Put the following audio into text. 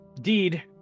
deed